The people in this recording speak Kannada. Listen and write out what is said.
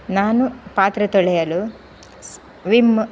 ನಾನು ಪಾತ್ರೆ ತೊಳೆಯಲು ಸ್ ವಿಮ್